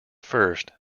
first